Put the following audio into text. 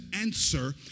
answer